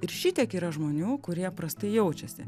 ir šitiek yra žmonių kurie prastai jaučiasi